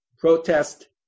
protest